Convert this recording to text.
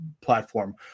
platform